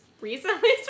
recently